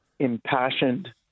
impassioned